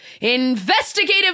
investigative